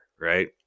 right